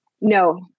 No